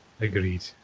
Agreed